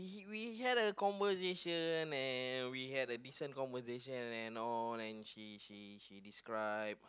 we have the conversation and we have the recent conversation and all and she she she describe